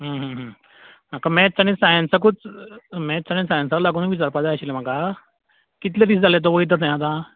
म्हाका मॅथ्स आनी सायन्साकूच मॅत्स आनी सायन्सा लागुनूत विचारपा जाय आशिल्लें म्हाका कितले दीस जाले तो वयता थंय आतां